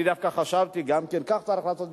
אני דווקא חשבתי שכך צריך לעשות,